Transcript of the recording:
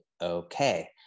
okay